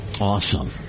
awesome